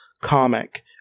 comic